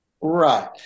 Right